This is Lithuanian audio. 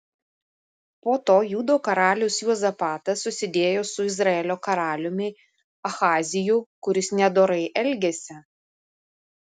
po to judo karalius juozapatas susidėjo su izraelio karaliumi ahaziju kuris nedorai elgėsi